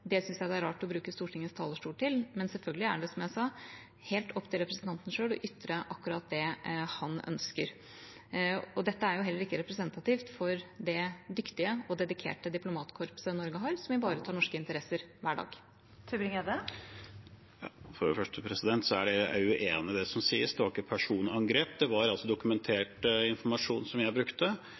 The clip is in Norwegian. Det syns jeg det er rart å bruke Stortingets talerstol til, men selvfølgelig er det, som jeg sa, helt opp til representanten selv å ytre akkurat det han ønsker. Dette er jo heller ikke representativt for det dyktige og dedikerte diplomatkorpset Norge har, som ivaretar norske interesser hver dag. For det første er jeg uenig i det som sies. Det var ikke et personangrep, det var dokumentert informasjon som jeg brukte.